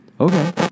Okay